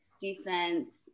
defense